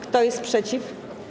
Kto jest przeciw?